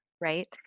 right